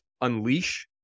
unleash